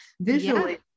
visually